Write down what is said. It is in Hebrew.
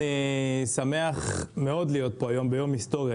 אני שמח מאוד להיות פה היום ביום היסטורי.